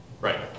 Right